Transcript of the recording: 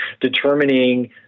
determining